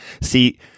See